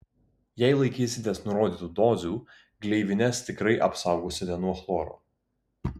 jei laikysitės nurodytų dozių gleivines tikrai apsaugosite nuo chloro